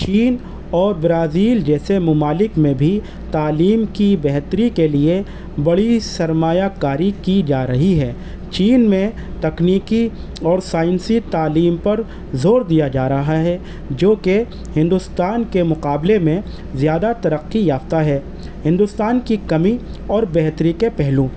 چین اور برازیل جیسے ممالک میں بھی تعلیم کی بہتری کے لیے بڑی سرمایہ کاری کی جا رہی ہے چین میں تکنیکی اور سائنسی تعلیم پر زور دیا جا رہا ہے جو کہ ہندوستان کے مقابلے میں زیادہ ترقی یافتہ ہے ہندوستان کی کمی اور بہتری کے پہلو